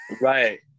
right